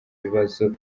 bibazo